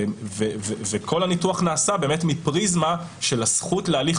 וכל הניתוח נעשה מפריזמה של הזכות להליך